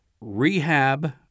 Rehab